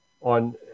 on